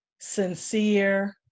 sincere